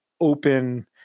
open